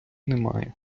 немає